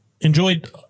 enjoyed